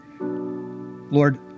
Lord